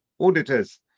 auditors